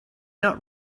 not